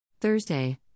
Thursday